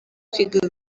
kwiga